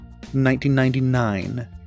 1999